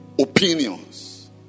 Opinions